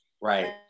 Right